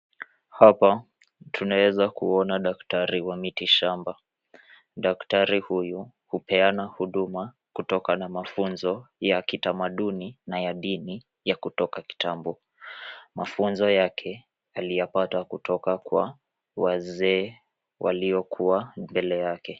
Hapa tunaweza kuona daktari wa miti shamba . Daktari huyu hupeana huduma kutokana na mafunzo ya kitamaduni na ya dini ya kutoka kitambo. Mafunzo yake aliyapata kutoka kwa wazee waliokuwa mbele yake.